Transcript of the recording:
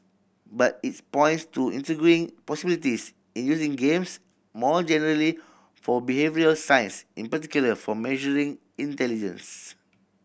but if points to intriguing possibilities in using games more generally for behavioural science in particular for measuring intelligence